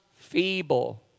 feeble